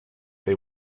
they